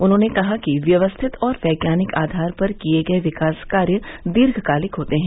उन्होंने कहा कि व्यवस्थित और वैज्ञानिक आधार पर किये गये विकास कार्य दीर्घकालिक होते है